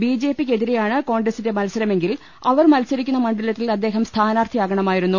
ബിജെ പിക്കെതിരെയാണ് കോൺഗ്രസിന്റെ മത്സരമെങ്കിൽ അവർ മത്സരി ക്കുന്ന മണ്ഡലത്തിൽ അദ്ദേഹം സ്ഥാനാർത്ഥിയാകണമായിരുന്നു